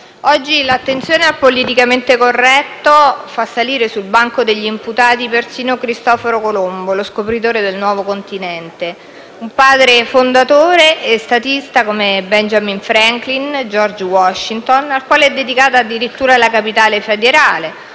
oggi l'attenzione al «politicamente corretto» fa salire sul banco degli imputati perfino Cristoforo Colombo, lo scopritore del Nuovo Continente; un padre fondatore e statista come Benjamin Franklin e George Washington, al quale è dedicata addirittura la capitale federale,